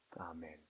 amen